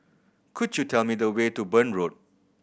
could you tell me the way to Burn Road